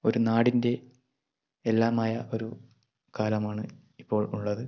ഒരു നാടിൻ്റെ എല്ലാമായ ഒരു കാലമാണ് ഇപ്പോൾ ഉള്ളത്